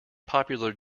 popular